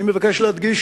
אני מבקש להדגיש,